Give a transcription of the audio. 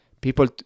People